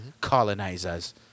colonizers